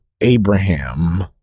Abraham